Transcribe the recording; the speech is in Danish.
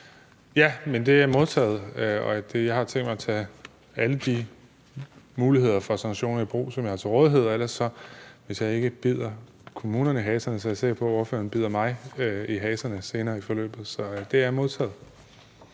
Ja, men det er modtaget, og jeg har tænkt mig at tage alle de muligheder for sanktioner i brug, som jeg har til rådighed. Og hvis jeg ikke bider kommunerne i haserne, er jeg sikker på, at ordføreren bider mig i haserne senere i forløbet – så det er modtaget.